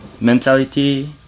mentality